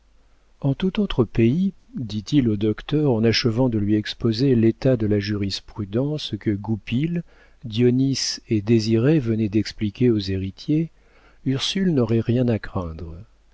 en tout autre pays dit-il au docteur en achevant de lui exposer l'état de la jurisprudence que goupil dionis et désiré venaient d'expliquer aux héritiers ursule n'aurait rien à craindre